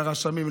לרשמים,